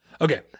Okay